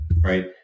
right